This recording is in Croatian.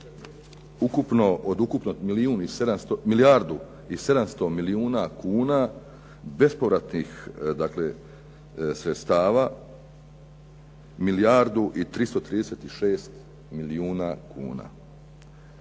od ukupno milijardu i 700 milijuna kuna bespovratnih sredstva milijardu i 336 milijuna kuna.